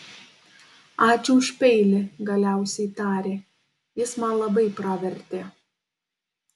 ačiū už peilį galiausiai tarė jis man labai pravertė